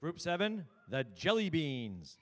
group seven that jellybeans